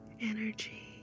energy